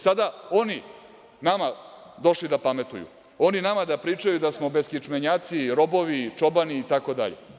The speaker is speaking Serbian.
Sada oni nama došli da pametuju, oni nama da pričaju da smo beskičmenjaci, robovi, čobani itd.